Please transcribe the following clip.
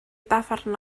dafarn